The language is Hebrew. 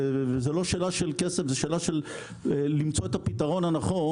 זאת לא שאלה של כסף אלא למצוא את הפתרון הנכון